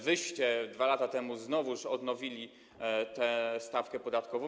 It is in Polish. Wy 2 lata temu znowuż odnowiliście tę stawkę podatkową.